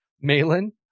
Malin